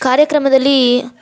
ಕಾರ್ಯಕ್ರಮದಲ್ಲಿ